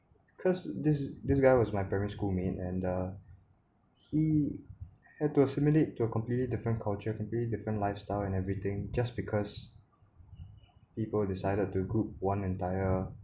cause this this guy was my primary schoolmate and and uh he had to assimilate to a completely different culture completely different lifestyle and everything just because people decided to group one entire